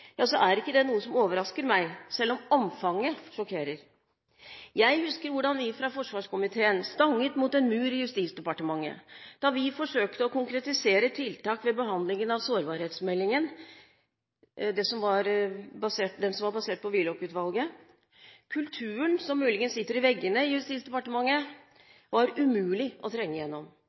ja, så er ikke det noe som overrasker meg, selv om omfanget sjokkerer. Jeg husker hvordan vi fra forsvarskomiteen stanget mot en mur i Justisdepartementet da vi forsøkte å konkretisere tiltak ved behandlingen av sårbarhetsmeldingen, den som var basert på Willoch-utvalget. Kulturen, som muligens sitter i veggene i Justisdepartementet, var umulig å trenge